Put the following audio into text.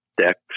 decks